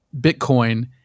Bitcoin